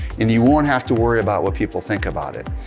and you won't have to worry about what people think about it.